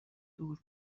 دور